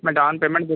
मैं down payment दे